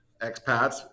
expats –